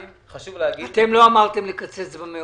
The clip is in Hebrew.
אתם לא אמרתם לקצץ במעונות.